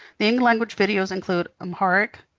the in language videos include amharic,